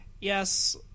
Yes